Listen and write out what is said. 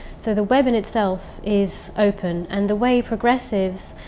so the web in itself is open and the way progressives.